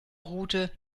route